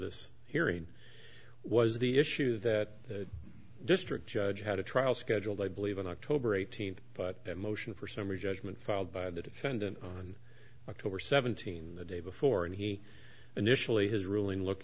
this hearing was the issue that the district judge had a trial scheduled i believe on october eighteenth but that motion for summary judgment filed by the defendant on october seventeenth the day before and he initially his ruling looked